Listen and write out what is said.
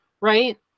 right